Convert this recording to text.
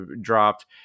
dropped